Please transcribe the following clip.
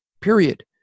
period